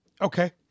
Okay